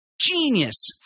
genius